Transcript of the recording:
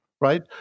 right